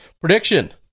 Prediction